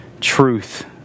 truth